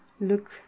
look